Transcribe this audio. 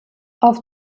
auf